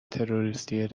تروریستی